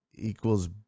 Equals